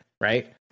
right